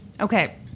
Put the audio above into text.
Okay